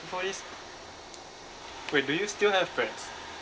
before this wait do you still have pets